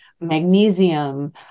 magnesium